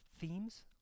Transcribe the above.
themes